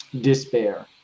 despair